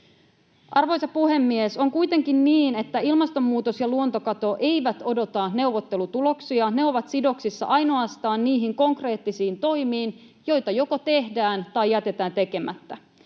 Arvoisa puhemies! On kuitenkin niin, että ilmastonmuutos ja luontokato eivät odota neuvottelutuloksia. Ne ovat sidoksissa ainoastaan niihin konkreettisiin toimiin, joita joko tehdään tai jätetään tekemättä.